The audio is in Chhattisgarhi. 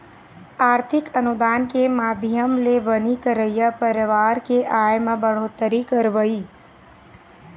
आरथिक अनुदान के माधियम ले बनी करइया परवार के आय म बड़होत्तरी करवई